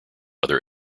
other